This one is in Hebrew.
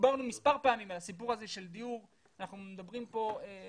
מספר פעמים דיברנו על הסיפור הזה של דיור ואנחנו מדברים כאן על